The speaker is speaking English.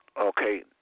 Okay